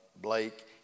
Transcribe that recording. Blake